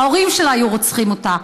ההורים שלה היו רוצחים אותה.